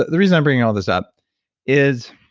the reason i'm bringing all this up is,